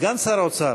סגן שר האוצר,